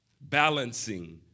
Balancing